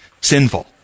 sinful